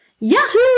Yahoo